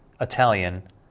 Italian